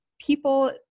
People